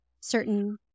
certain